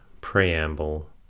Preamble